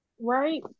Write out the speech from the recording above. Right